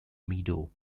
meadow